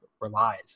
relies